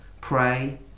pray